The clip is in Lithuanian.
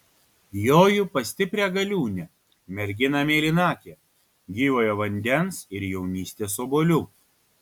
joju pas stiprią galiūnę merginą mėlynakę gyvojo vandens ir jaunystės obuolių